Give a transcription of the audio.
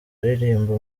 aririmba